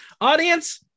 audience